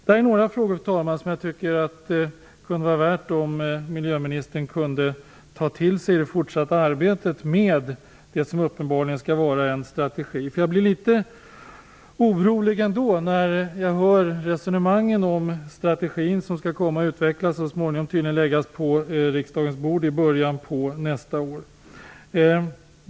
Det är några frågor som jag tycker att det vore värt att miljöministern kunde ta till sig i det fortsatta arbetet med det som uppenbarligen skall vara en strategi. Jag blir litet orolig ändå, när jag hör resonemangen om strategin som skall komma att utvecklas och tydligen läggas på riksdagens bord i början av nästa år.